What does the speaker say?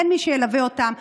אין מי שילווה אותם.